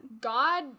God